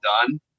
done